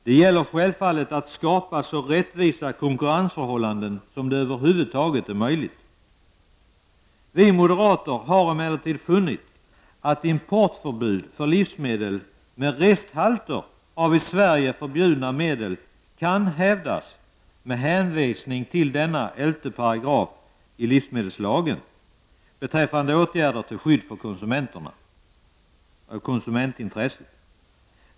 Det gäller självfallet att skapa så rättvisa konkurrensförhållanden som över huvud taget är möjligt. Vi moderater har emellertid funnit att importförbud för livsmedel med resthalter av i Sverige förbjudna medel kan hävdas med hänvisning till 11 § livsmedelslagen beträffande åtgärder till skydd för konsumentintresset.